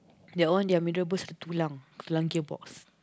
that one their mee-rebus tulang